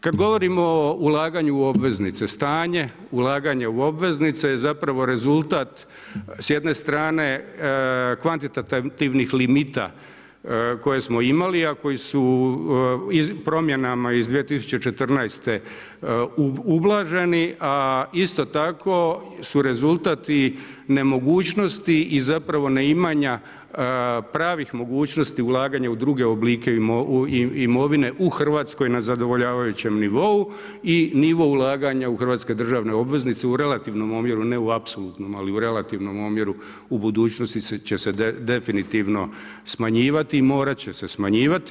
Kada govorimo o ulaganju u obveznice, stanje ulaganja u obveznice je zapravo rezultat s jedne strane kvantitativnih limita koje smo imali a koji su promjenama iz 2014. ublaženi a isto tako su rezultat i nemogućnosti zapravo ne imanja pravih mogućnosti ulaganja u druge oblike imovine u Hrvatskoj na zadovoljavajućem nivou i nivo ulaganja u hrvatske državne obveznice u relativnom omjeru, ne u apsolutnom ali u relativnom omjeru u budućnosti će se definitivno smanjivati i morati će se smanjivati.